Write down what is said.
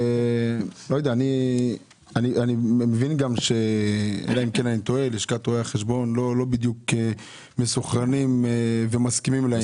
אני מבין גם שלשכת רואי החשבון לא בדיוק מסונכרנים ומסכימים לעניין.